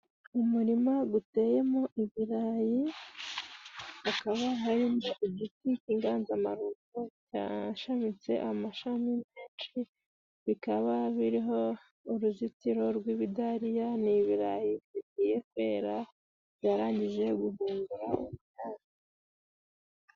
Umurima guteyemo ibirayi hakaba harimo igiti k'inganzamarumbo cyashamitse amashami menshi, bikaba biriho uruzitiro rw'ibidariya n'ibirayi bigiye kwera byarangije guhungura ubwatsi.